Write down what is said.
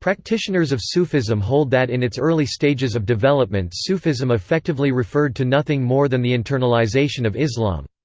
practitioners of sufism hold that in its early stages of development sufism effectively referred to nothing more than the internalization of islam.